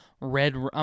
red